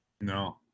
No